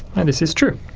and this is true.